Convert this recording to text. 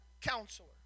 counselor